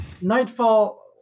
Nightfall